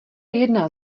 jedna